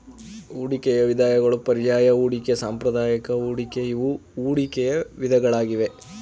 ಹೂಡಿಕೆಯ ವಿಧಗಳು ಪರ್ಯಾಯ ಹೂಡಿಕೆ, ಸಾಂಪ್ರದಾಯಿಕ ಹೂಡಿಕೆ ಇವು ಹೂಡಿಕೆಯ ವಿಧಗಳಾಗಿವೆ